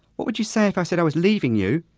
what would you say if i said i was leaving you,